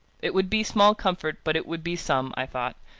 it would be small comfort, but it would be some, i thought,